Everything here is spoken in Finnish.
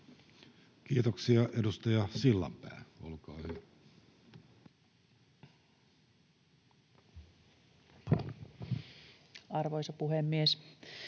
Kiitoksia. — Edustaja Sillanpää, olkaa hyvä. [Speech